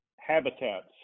habitats